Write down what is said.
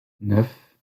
neuf